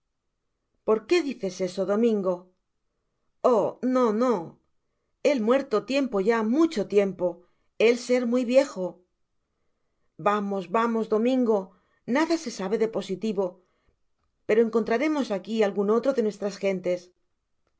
por qué dices eso domingo oh no noí jej muerto mucho tiempo ya macho tiempo el ser muy viejo vamos vamos domingo nada se sabe de positivo pero encontraremos aqui algun otro de nuestras gentes